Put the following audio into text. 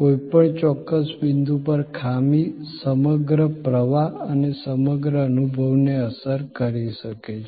કોઈપણ ચોક્કસ બિંદુ પર ખામી સમગ્ર પ્રવાહ અને સમગ્ર અનુભવને અસર કરી શકે છે